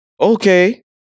okay